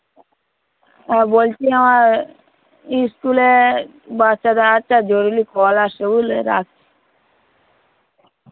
হ্যাঁ বলছি আমার স্কুলের বাচ্চার একটা জরুরি কল আসসে বুঝলে রাখছি